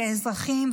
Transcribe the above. כאזרחים,